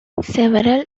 several